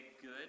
good